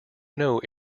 know